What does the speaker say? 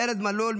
ארז מלול,